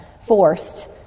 forced